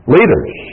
Leaders